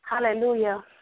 Hallelujah